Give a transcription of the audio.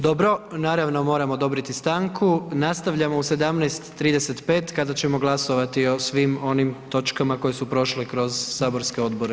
Dobro, naravno moram odobriti stanku, nastavljamo u 17,35 kada ćemo glasovati o svim onim točkama koje su prošle kroz saborske odbore.